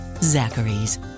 Zachary's